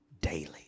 daily